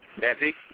Nancy